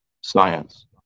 science